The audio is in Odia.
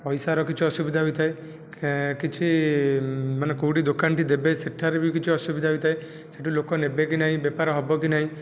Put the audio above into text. ପଇସାର କିଛି ଅସୁବିଧା ହୋଇଥାଏ କିଛି ମାନେ କେଉଁଠି ଦୋକାନ ଟି ଦେବେ ସେଠାରେ ବି କିଛି ଅସୁବିଧା ହୋଇଥାଏ ସେଠୁ ଲୋକ ନେବେ କି ନାହିଁ ବେପାର ହେବ କି ନାହିଁ